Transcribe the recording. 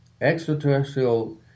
extraterrestrial